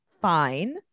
Fine